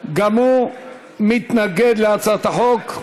גם הוא מתנגד להצעת החוק.